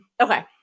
Okay